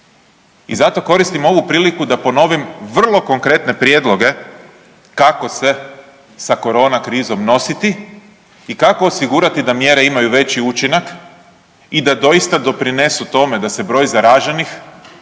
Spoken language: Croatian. I zato koristim ovu priliku da ponovim vrlo konkretne prijedloge kako se sa korona krizom nositi i kako osigurati da mjere imaju veći učinak i da doista doprinesu tome da se broj zaraženih,